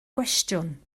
gwestiwn